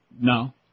No